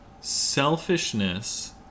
selfishness